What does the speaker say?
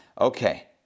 Okay